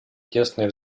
тесное